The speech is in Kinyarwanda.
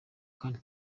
kane